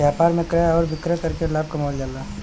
व्यापार में क्रय आउर विक्रय करके लाभ कमावल जाला